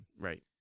right